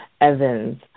Evans